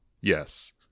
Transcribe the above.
Yes